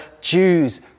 Jews